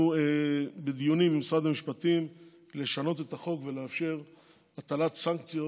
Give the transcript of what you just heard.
אנחנו בדיונים עם משרד המשפטים על שינוי החוק כדי לאפשר הטלת סנקציות,